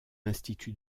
institut